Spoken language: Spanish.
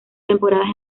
temporadas